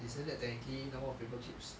isn't that technically number of paper clips